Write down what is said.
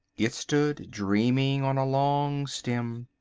it stood dreaming on a long stem.